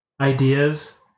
ideas